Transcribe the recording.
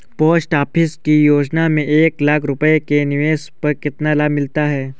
Post office की योजना में एक लाख रूपए के निवेश पर कितना लाभ मिलता है?